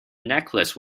necklace